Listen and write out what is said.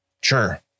Sure